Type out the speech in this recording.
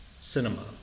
Cinema